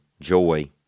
joy